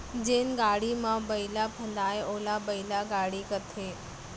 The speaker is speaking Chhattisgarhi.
जेन गाड़ी म बइला फंदाये ओला बइला गाड़ी कथें